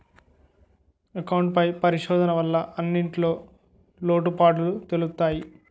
account పై పరిశోధన వల్ల అన్నింటిన్లో లోటుపాటులు తెలుత్తయి